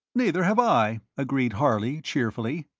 neither have i, agreed harley, cheerfully.